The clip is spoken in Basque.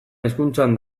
hezkuntzan